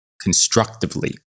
constructively